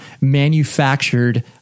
manufactured